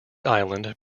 island